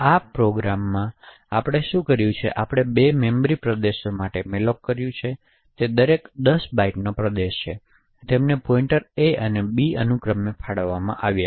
તેથી આ ખાસ પ્રોગ્રામમાં આપણે શું કર્યું છે આપણે બે મેમરી પ્રદેશો માટે malloc કર્યું તે દરેક 10 બાઇટ્સનો પ્રદેશ છે અને તેમને પોઇન્ટર a અને b અનુક્રમે ફાળવવામાં આવ્યા